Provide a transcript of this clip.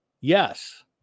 Yes